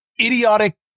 idiotic